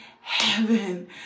heaven